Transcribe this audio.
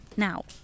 Now